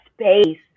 space